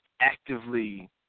actively